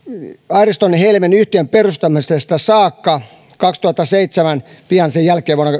airiston helmi yhtiön perustamisen vuonna kaksituhattaseitsemän jälkeen